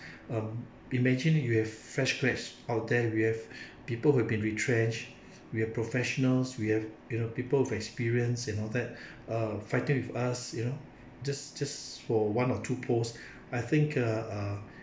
um imagine you have fresh grads out there we have people who have been retrenched we have professionals we have you know people with experience and all that uh fighting with us you know just just for one or two posts I think ah ah